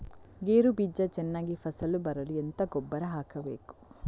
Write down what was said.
ಗೇರು ಬೀಜ ಚೆನ್ನಾಗಿ ಫಸಲು ಬರಲು ಎಂತ ಗೊಬ್ಬರ ಹಾಕಬೇಕು?